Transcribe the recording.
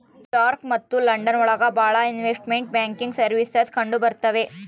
new York ಮತ್ತು London ಒಳಗ ಭಾಳ ಇನ್ವೆಸ್ಟ್ಮೆಂಟ್ ಬ್ಯಾಂಕಿಂಗ್ ಸರ್ವೀಸಸ್ ಕಂಡುಬರ್ತವೆ